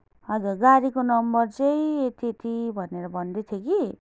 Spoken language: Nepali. हजुर गाडीको नम्बर चाहिँ यति यति भनेर भन्दैथियो कि